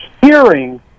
hearing